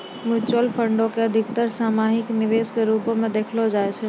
mutual फंडो के अधिकतर सामूहिक निवेश के रुपो मे देखलो जाय छै